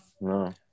No